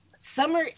Summer